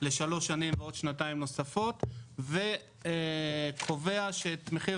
שלום וברכה, בוקר טוב, אנחנו במשך שבוע שעבר,